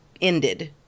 ended